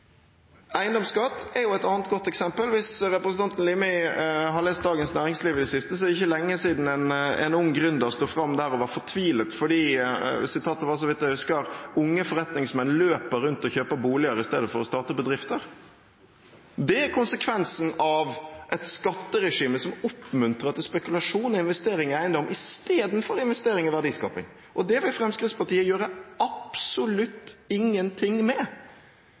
Eiendomsskatt er et annet godt eksempel. Hvis representanten Limi har lest Dagens Næringsliv i det siste, vil han ha sett at det er ikke lenge siden en ung gründer sto fram der og var fortvilet fordi unge forretningsmenn – sitatet var, så vidt jeg husker – «løper rundt og kjøper boliger istedenfor å starte bedrifter». Det er konsekvensen av et skatteregime som oppmuntrer til spekulasjon og investering i eiendom istedenfor investering i verdiskaping. Det vil Fremskrittspartiet gjøre absolutt ingenting med.